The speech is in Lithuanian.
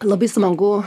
labai smagu